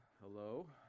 hello